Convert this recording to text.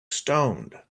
stoned